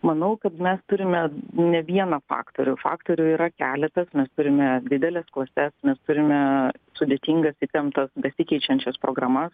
manau kad mes turime ne vieną faktorių faktorių yra keletas mes turime dideles klases nes turime sudėtingas įtemptas besikeičiančias programas